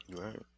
Right